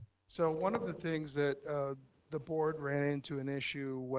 so one of the things that the board ran into an issue